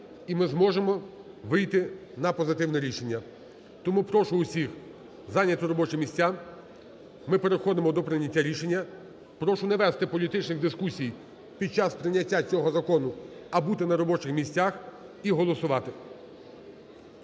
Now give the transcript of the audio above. і ми зможемо вийти на позитивне рішення. Тому прошу всіх зайняти робочі місця. Ми переходимо до прийняття рішення. Прошу не вести політичних дискусій під час прийняття цього закону, а бути на робочих місцях і голосувати.